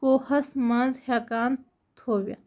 کوہَس منٛز ہٮ۪کان تھٲوِتھ